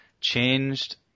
changed